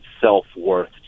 self-worth